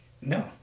no